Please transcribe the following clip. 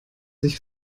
sich